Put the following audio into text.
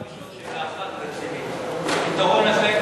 רק לשאול שאלה אחת רצינית: הפתרון הזה,